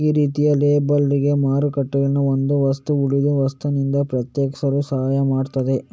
ಈ ರೀತಿಯ ಲೇಬಲಿಂಗ್ ಮಾರುಕಟ್ಟೆನಲ್ಲಿ ಒಂದು ವಸ್ತುನ ಉಳಿದ ವಸ್ತುನಿಂದ ಪ್ರತ್ಯೇಕಿಸಲು ಸಹಾಯ ಮಾಡ್ತದೆ